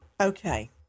Okay